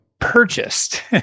purchased